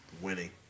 winning